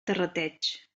terrateig